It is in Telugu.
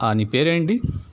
ని పేరేంటి